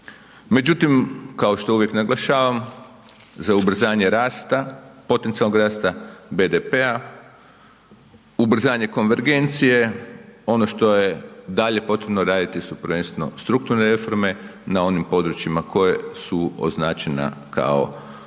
Međutim, kao što uvijek naglašavam za ubrzanje potencijalnog rasta BDP-a ubrzanje konvergencije, ono što je dalje potrebno raditi su prvenstveno strukturne reforme na onim područjima koje su označena kao ona